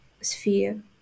sphere